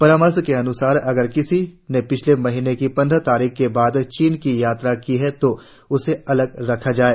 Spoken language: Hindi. परामर्श के अनुसार अगर किसी ने पिछले महीने की पंद्रह तारीख के बाद चीन की यात्रा की है तो उसे अलग रखा जाये